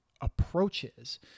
approaches